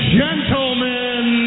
gentlemen